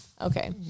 Okay